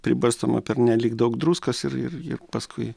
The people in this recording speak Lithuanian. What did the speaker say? pribarstoma pernelyg daug druskos ir ir ir paskui